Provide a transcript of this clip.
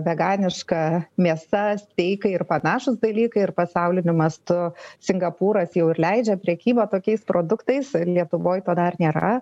veganiška mėsa steikai ir panašūs dalykai ir pasauliniu mastu singapūras jau ir leidžia prekybą tokiais produktais lietuvoj to dar nėra